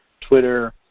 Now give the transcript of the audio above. Twitter